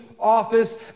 office